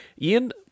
Ian